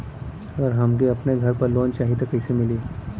अगर हमके अपने घर पर लोंन चाहीत कईसे मिली?